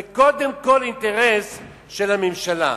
זה קודם כול אינטרס של הממשלה.